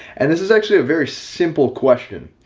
and this is actually a very simple question.